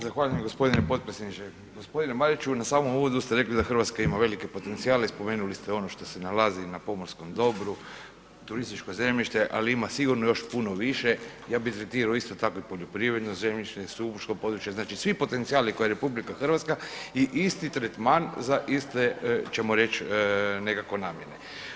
Zahvaljujem g. potpredsjedniče. g. Mariću, na samom uvodu ste rekli da RH ima velike potencijale i spomenuli ste ono što se nalazi na pomorskom dobru, turističko zemljište, ali ima sigurno još puno više, ja bi citirao isto tako i poljoprivredno zemljište, sušačko područje, znači svi potencijali koje RH i isti tretman za iste ćemo reć nekako namjene.